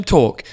Talk